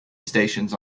stations